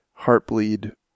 Heartbleed